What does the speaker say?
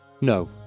No